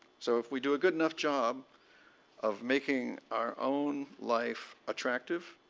so if we do a good enough job of making our own life attractive,